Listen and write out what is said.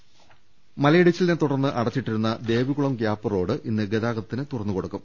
രദ്ദേഷ്ടങ മലയിടിച്ചിലിനെ തുടർന്ന് അടച്ചിട്ടിരുന്ന ദേവികുളം ഗ്യാപ് റോഡ് ഇന്ന് ഗതാഗതത്തിന് തുറന്നു കൊടുക്കും